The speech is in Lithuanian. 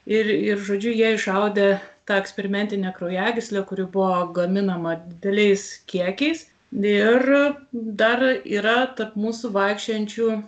ir ir žodžiu jie išaudė tą eksperimentinę kraujagyslę kuri buvo gaminama dideliais kiekiais ir dar yra tarp mūsų vaikščiojančių